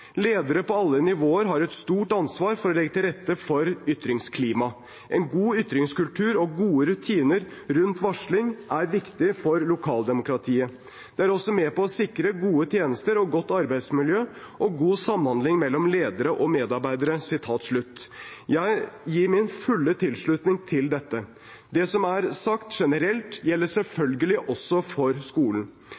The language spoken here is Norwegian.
Ledere på alle nivåer har et stort ansvar for å legge til rette for et ytringsklima. En god ytringskultur og gode rutiner rundt varsling er viktig for lokaldemokratiet. Det er også med på å sikre gode tjenester, et godt arbeidsmiljø og god samhandling mellom ledere og medarbeidere.» Jeg gir min fulle tilslutning til dette. Det som her er sagt generelt, gjelder